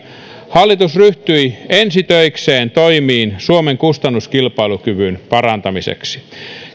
hallitus ryhtyi ensi töikseen toimiin suomen kustannuskilpailukyvyn parantamiseksi